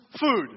food